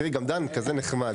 תראי, גם דן כזה נחמד.